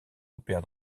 opère